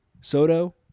Soto